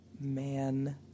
man